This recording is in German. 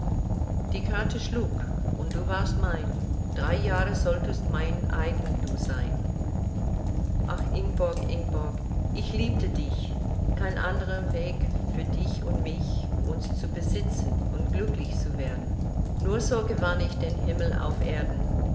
die karte schlug und du warst mein drei jahre solltest mein eigen du sein ach ingborg ingborg ich liebte dich kein andrer weg für dich und mich uns zu besitzen und glücklich zu werden nur so gewann ich den himmel auf erden